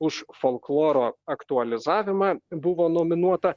už folkloro aktualizavimą buvo nominuota